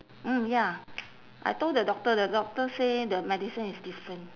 mm ya I told the doctor the doctor say the medicine is different